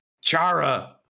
Chara